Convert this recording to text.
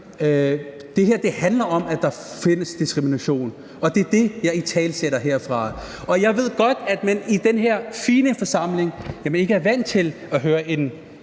Det her handler om, at der findes diskrimination, og det er det, jeg italesætter herfra. Og jeg ved godt, at man i den her fine forsamling ikke er vant til at høre en